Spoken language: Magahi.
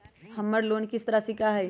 हमर लोन किस्त राशि का हई?